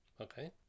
Okay